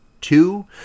two